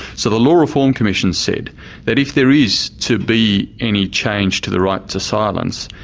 so the law reform commission said that if there is to be any change to the right to silence,